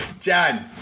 John